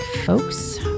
Folks